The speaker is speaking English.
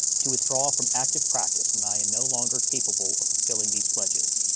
to withdraw from active practice when i am no longer capable of fulfilling these pledges.